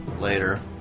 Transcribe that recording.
later